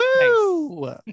Woo